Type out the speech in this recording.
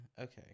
okay